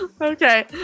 Okay